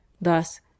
thus